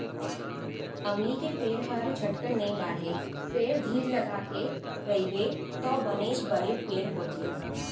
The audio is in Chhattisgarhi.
अमली के पेड़ हर झटकन नइ बाढ़य फेर धीर लगाके रइबे तौ बनेच बड़े पेड़ होथे